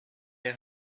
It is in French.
les